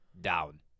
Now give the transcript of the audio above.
down